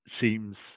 seems